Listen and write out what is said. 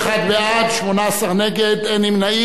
31 בעד, 18 נגד, אין נמנעים.